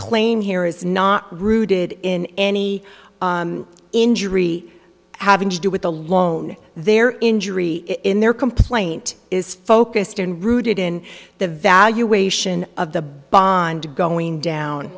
claim here is not rooted in any injury having to do with the loan their injury in their complaint is focused and rooted in the valuation of the bond going down